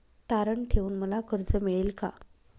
तारण ठेवून मला कर्ज मिळेल का?